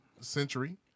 century